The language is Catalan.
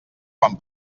quan